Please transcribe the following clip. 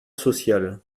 social